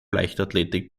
leichtathletik